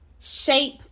Shape